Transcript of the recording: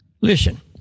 Listen